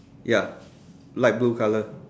ya light blue colour